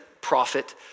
prophet